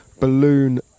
balloon